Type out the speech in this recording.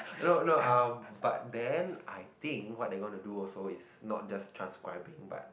no no um but then I think what they gonna do is not just transcribing but